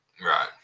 Right